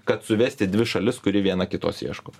kad suvesti dvi šalis kuri viena kitos ieško